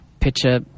picture